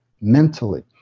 mentally